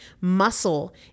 Muscle